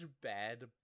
bad